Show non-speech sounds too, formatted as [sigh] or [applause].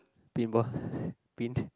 pinball [breath] pin